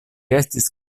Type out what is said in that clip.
estis